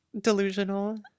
delusional